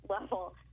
level